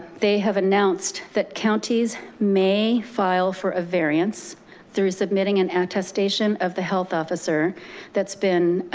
they have announced that counties may file for a variance through submitting an attestation of the health officer that's been